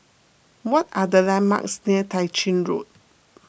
what are the landmarks near Tah Ching Road